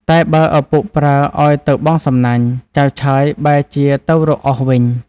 តែបើឪពុកប្រើឱ្យទៅបង់សំណាញ់ ចៅឆើយបែរជាទៅរកឱសវិញ ។